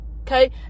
Okay